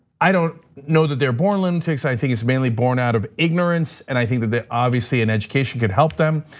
i don't know that they're born lunatics. i think it's mainly born out of ignorance and i think that obviously an education can help them,